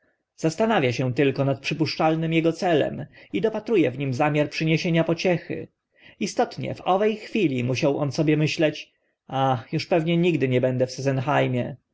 zastanawia się tylko nad przypuszczalnym ego celem i dopatrue w nim zamiar przyniesienia pociechy istotnie w owe chwili musiał on sobie myśleć ach uż pewno nigdy nie będę w sesenheimie